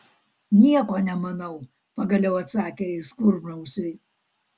nieko nemanau pagaliau atsakė jis kurmrausiui